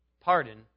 Pardon